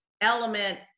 element